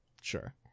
Sure